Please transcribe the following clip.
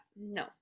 No